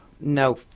No